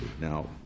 Now